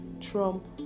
trump